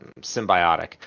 symbiotic